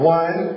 one